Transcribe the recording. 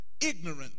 ignorant